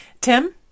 Tim